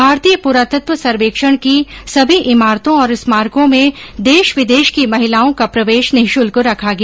भारतीय पुरातत्व सर्वेक्षण की सभी इमारतों और स्मारकों में देश विदेश की महिलाओं का प्रवेश निःशुल्क रखा गया